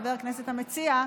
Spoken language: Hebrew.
חבר הכנסת המציע,